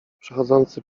przechodzący